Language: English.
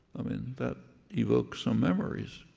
i mean, that evokes some memories,